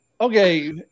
Okay